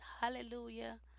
hallelujah